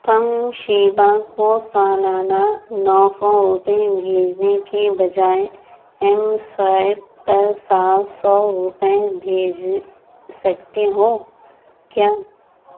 تم شیبہ کو سالانہ نو سو روپئے بھیجنے کے بجائے ایم سوائپ پر سات سو روپئے بھیج سکتے ہو کیا